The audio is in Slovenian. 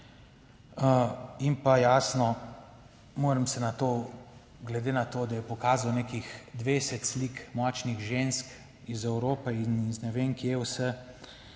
In pa jasno moram se na to, glede na to, da je pokazal nekih 20 slik močnih žensk iz Evrope in iz ne vem kje vse,